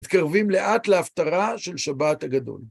מתקרבים לאט להפטרה של שבת הגדול.